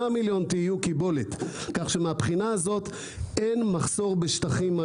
של 8 מיליון TU. כך שמהבחינה הזאת אין מחסור היום בשטחים.